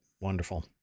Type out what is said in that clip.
Wonderful